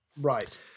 Right